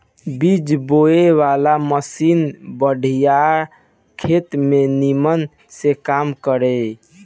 बीज बोवे वाला मशीन बड़ियार खेत में निमन से काम करी